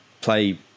play